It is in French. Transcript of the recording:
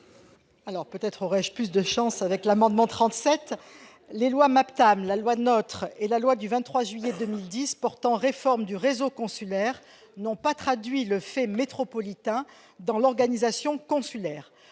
Peut-être aurai-je plus de succès avec cet amendement ... Votée avant la loi MAPTAM et la loi NOTRe, la loi du 23 juillet 2010 portant réforme du réseau consulaire n'a pas traduit le fait métropolitain dans l'organisation consulaire.